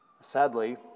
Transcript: Sadly